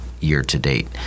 year-to-date